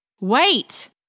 Wait